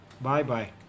Bye-bye